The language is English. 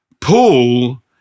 Paul